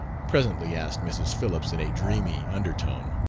presently asked mrs. phillips in a dreamy undertone.